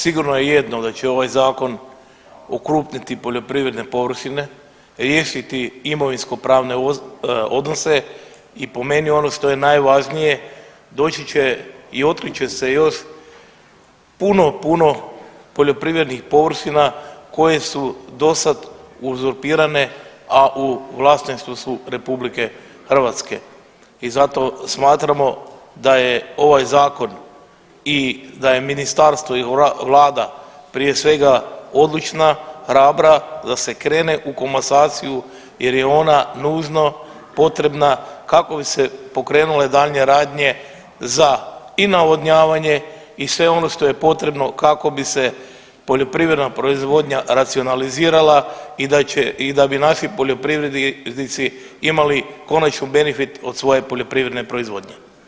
Sigurno je jedno da će ovaj zakon okrupniti poljoprivredne površine, riješiti imovinsko pravne odnose i po meni ono što je najvažnije doći će i otkrit će se još puno, puno poljoprivrednih površina koje su do sad uzurpirane a u vlasništvu su RH i zato smatramo da je ovaj zakon i da je ministarstvo i vlada prije svega odlučna, hrabra da se krene u komasaciju jer je ona nužno potrebna kako bi se pokrenule daljnje radnje za i navodnjavanje i sve ono što je potrebno kako bi se poljoprivredna proizvodnja racionalizirala i da bi naši poljoprivrednici imali konačno benefit od svoje poljoprivredne proizvodnje.